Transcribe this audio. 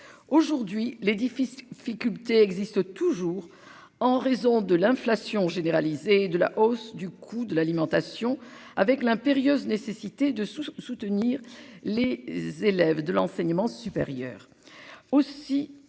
Aujourd'hui, l'édifice fait culté existe toujours en raison de l'inflation généralisée de la hausse du coût de l'alimentation avec l'impérieuse nécessité de soutenir les élèves de l'enseignement supérieur.